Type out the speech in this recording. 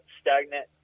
stagnant